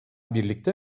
birlikte